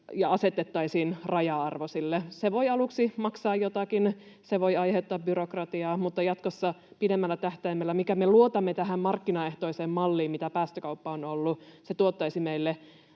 ja asetettaisiin raja-arvo sille, voi aluksi maksaa jotakin, se voi aiheuttaa byrokratiaa, mutta jatkossa pidemmällä tähtäimellä, mikäli me luotamme tähän markkinaehtoiseen malliin, mitä päästökauppa on ollut, se tuottaisi meille